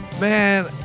man